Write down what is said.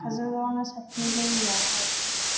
काजलगावआवनो साबसिन जोंनियावहाय